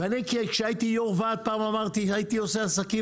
כשהייתי יו"ר ועד והייתי עושה עסקים,